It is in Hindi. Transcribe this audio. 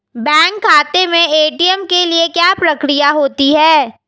बैंक खाते में ए.टी.एम के लिए क्या प्रक्रिया होती है?